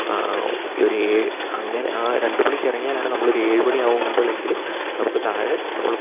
ഒരേ അങ്ങനെ ആ രണ്ട് മണിക്ക് ഇറങ്ങിയാലാണ് നമ്മളൊരു ഏഴ് മണി ആകുമ്പോളെങ്കിലും നമുക്ക് താഴെ നമ്മള്